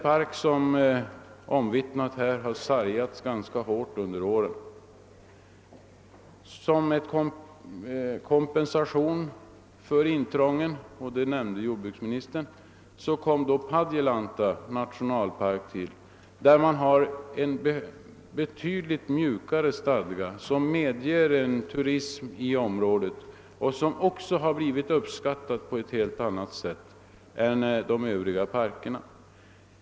Som en kompensation för intrången — det nämnde jordbruksministern — tillkom Padjelanta nationalpark, där man har en betydligt mjukare stadga som medger en turism och som också har blivit uppskattad på ett helt annat sätt än de övriga parkerna.